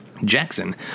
Jackson